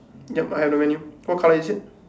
yup I have the menu what colour is it